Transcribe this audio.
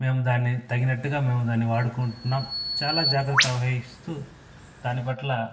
మేము దాన్ని తగినట్టుగా మేం దాన్ని వాడుకుంటున్నాము చాలా జాగ్రత్త వహిస్తూ దానిపట్ల